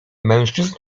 mężczyzn